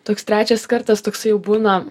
toks trečias kartas toksai jau būna